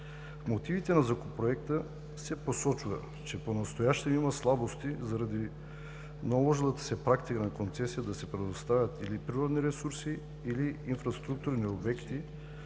мотивите към Законопроекта се посочва, че понастоящем има слабости заради наложилата се практика на концесия да се предоставят или природни ресурси, или инфраструктурни обекти,